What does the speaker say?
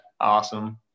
awesome